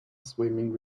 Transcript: swimming